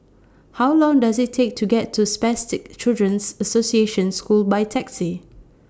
How Long Does IT Take to get to Spastic Children's Association School By Taxi